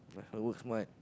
my fella work smart